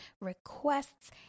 requests